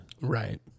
Right